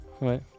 Ouais